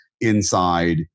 inside